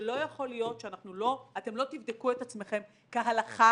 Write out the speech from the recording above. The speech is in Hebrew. שלא יכול להיות שאתם לא תבדקו את עצמכם כהלכה